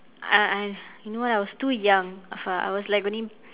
I I you know what I was too young afar I was like only